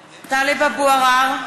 (קוראת בשמות חברי הכנסת) טלב אבו עראר,